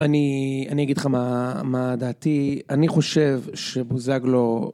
אני אגיד לך מה דעתי אני חושב שבוזגלו